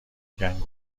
گین